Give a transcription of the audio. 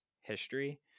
history